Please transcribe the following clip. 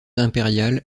imperial